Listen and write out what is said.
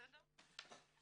בסדר?